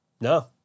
No